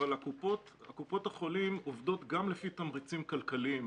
אבל קופות החולים עובדות גם לפי תמריצים כלכליים,